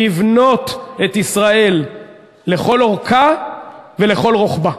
לבנות את ישראל לכל אורכה ולכל רוחבה.